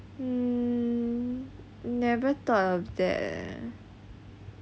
um never thought of that